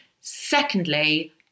Secondly